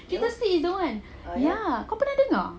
gitu split is the one ya kau pernah dengar